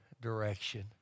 direction